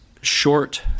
short